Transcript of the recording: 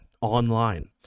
online